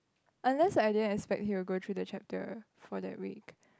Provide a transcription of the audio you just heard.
unless I didn't expect he will go through the chapter for that week